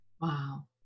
Wow